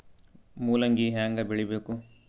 ಮೂಲಂಗಿ ಹ್ಯಾಂಗ ಬೆಳಿಬೇಕು?